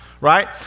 right